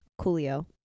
coolio